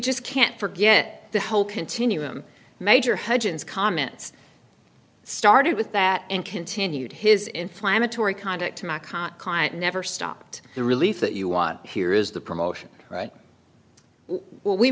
just can't forget the whole continuum major hutchens comments started with that and continued his inflammatory conduct never stopped the relief that you want here is the promotion right well we